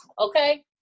okay